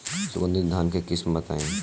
सुगंधित धान के किस्म बताई?